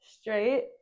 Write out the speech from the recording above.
straight